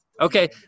Okay